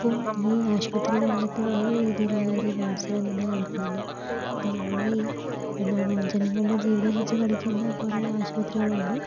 ഇപ്പം ഈ ആശുപത്രി രംഗത്ത് വലിയ രീതിയിലുള്ള ഒരു മത്സരം തന്നെ നടക്കുന്നുണ്ട് അപ്പം നമ്മൾ ഈ എന്താണ് ജനങ്ങളുടെ ജീവിതം വെച്ച് കളിക്കുന്ന കുറേ ആശുപത്രികളുണ്ട്